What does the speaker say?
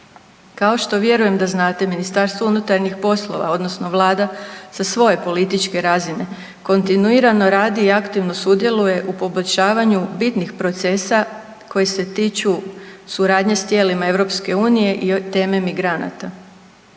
Kao što vjerujem da znate MUP odnosno Vlada sa svoje političke razine kontinuirano radi i aktivno sudjeluje u poboljšavanju bitnih procesa koji se tiču suradnje s tijelima EU i teme migranata.